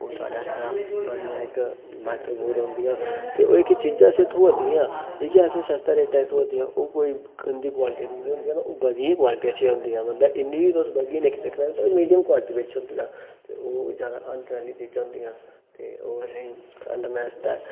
ओह् साढ़ै आस्तै बड़ियां इक म्हत्वपूर्ण रौह्न्दियां ते ओह् जेह्की चीजां असें थोआ दियां ठीक ऐ असें सस्ते रेटै थोआ दियां ओह् कोई गंदी क्वालिटी दे नी होंदे न ओह् बधिया क्वालिट च गै होंदे मतलब इन्नी बी तुस बधिया नी आक्खी सकने पर मीडियम क्वालिटी बिच्च होन्दियां ते ओह् ज्यादा हांडने आह्ली चीजां होन्दियां ते ओह् असें हांडने आस्तै